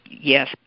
yes